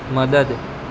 મદદ